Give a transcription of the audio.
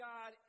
God